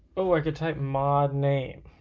but like type mod name